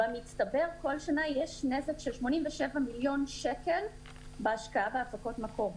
במצטבר כל שנה יש נזק של 87 מיליון שקל בהשקעה בהפקות מקור.